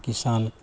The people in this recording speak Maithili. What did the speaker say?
किसान